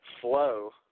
flow